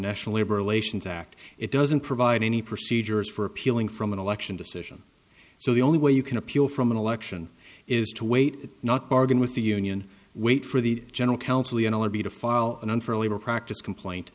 national labor relations act it doesn't provide any procedures for appealing from an election decision so the only way you can appeal from an election is to wait not bargain with the union wait for the general counsel be to file an unfair labor practice complaint